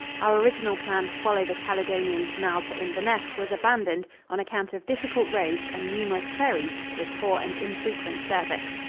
our original plan to follow the caledonian canal to inverness was abandoned on account of difficult roads and numerous ferries with poor and infrequent service.